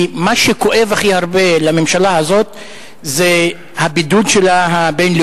כי מה שהכי כואב לממשלה הזאת זה הבידוד הבין-לאומי